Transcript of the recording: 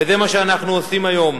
וזה מה שאנחנו עושים היום.